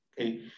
Okay